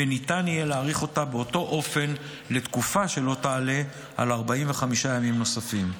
וניתן יהיה להאריך אותה באותו אופן לתקופה שלא תעלה על 45 ימים נוספים.